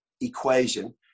equation